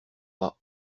pas